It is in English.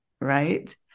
right